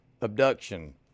abduction